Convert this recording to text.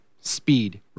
speed